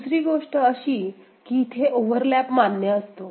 दुसरी गोष्ट अशी की इथे ओव्हरलॅप मान्य असतो